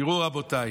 תראו, רבותיי,